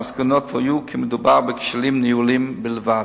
המסקנות היו כי מדובר בכשלים ניהוליים בלבד.